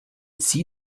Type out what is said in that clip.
see